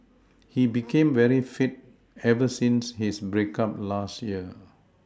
he became very fit ever since his break up last year